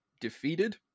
defeated